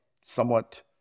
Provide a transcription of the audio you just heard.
somewhat